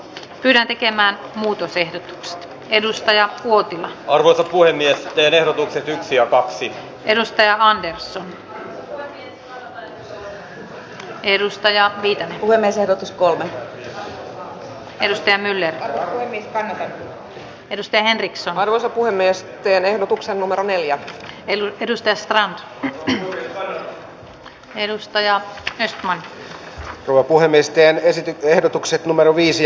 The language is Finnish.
kyllä tekemään muutosehdotukset edustaja muutkin arvoton eduskunta edellyttää että valtiovarainministeriö tiedottaa avoimesti talouspolitiikan keskeisistä olettamuksista ja laskentaperusteista niin että ne ovat ulkopuolisten asiantuntijoiden arvioitavissa ja että ministeriön tiedottamisessa noudatetaan tiedotusvälineiden suhteen tasapuolisuutta pyrkimättä ohjaamaan julkista keskustelua